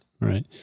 right